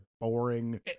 boring